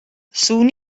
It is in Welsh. sŵn